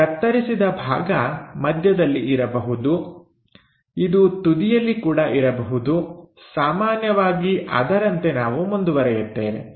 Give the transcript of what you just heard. ಈ ಕತ್ತರಿಸಿಸಿದ ಭಾಗ ಮಧ್ಯದಲ್ಲಿ ಇರಬಹುದು ಇದು ತುದಿಯಲ್ಲಿ ಕೂಡ ಇರಬಹುದು ಸಾಮಾನ್ಯವಾಗಿ ಅದರಂತೆ ನಾವು ಮುಂದುವರೆಯುತ್ತೇವೆ